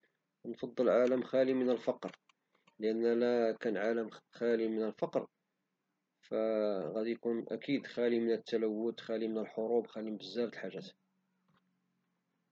كنفضل عالم خالي من الفقر لان الى كان عالم خالي من الفقر غادي يكون اكيد خالي من التلوث خالي من الحروب خالي من بزاف د الحاجات